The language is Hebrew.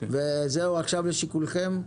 עכשיו לשיקולכם.